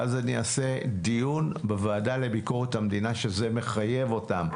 ואז אני אעשה דיון בוועדה לביקורת המדינה שזה מחייב אותם.